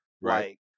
right